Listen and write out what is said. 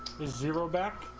the zero back,